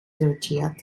sortiert